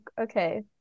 okay